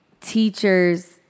teachers